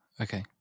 Okay